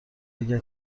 اگر